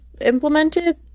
implemented